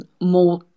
more